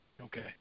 okay